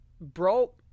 Bro